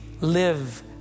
live